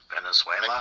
Venezuela